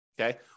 Okay